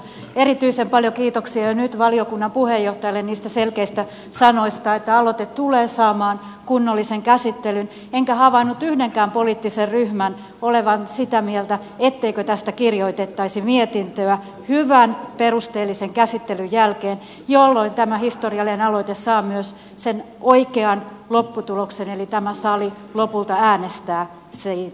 erityisen paljon kiitoksia jo nyt valiokunnan puheenjohtajalle niistä selkeistä sanoista että aloite tulee saamaan kunnollisen käsittelyn enkä havainnut yhdenkään poliittisen ryhmän olevan sitä mieltä etteikö tästä kirjoitettaisi mietintöä hyvän perusteellisen käsittelyn jälkeen jolloin tämä historiallinen aloite saa myös sen oikean lopputuloksen eli tämä sali lopulta äänestää siitä